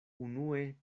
unue